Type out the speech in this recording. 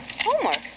Homework